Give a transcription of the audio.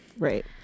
right